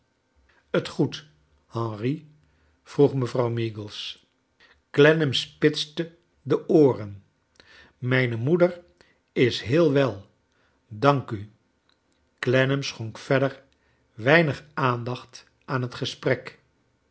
het goed henry vroeg mevrouw meagles clennam spitste de ooren mijne moeder is heel wel dank u clennam schonk verder weinig aandacht aan het gesprek